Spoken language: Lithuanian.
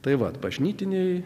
tai va bažnytiniai